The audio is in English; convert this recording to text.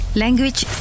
language